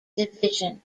division